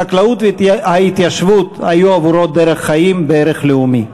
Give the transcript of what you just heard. החקלאות וההתיישבות היו עבורו דרך חיים וערך לאומי.